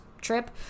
trip